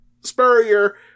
Spurrier